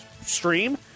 stream